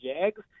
Jags